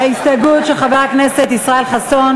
ההסתייגויות של חבר הכנסת ישראל חסון